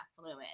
fluid